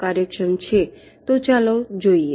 તો ચાલો જોઈએ